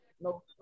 No